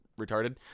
retarded